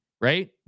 Right